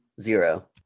zero